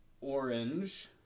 Orange